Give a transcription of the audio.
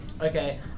okay